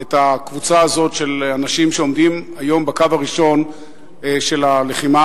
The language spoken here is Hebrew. את הקבוצה הזאת של האנשים שעומדים היום בקו הראשון של הלחימה